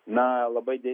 na labai